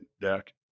deck